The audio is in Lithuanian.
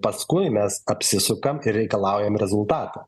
paskui mes apsisukam ir reikalaujam rezultatų